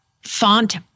Font